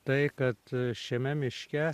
tai kad šiame miške